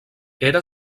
era